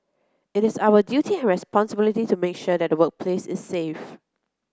it is our duty and responsibility to make sure that the workplace is safe